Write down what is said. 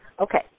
Okay